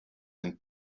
and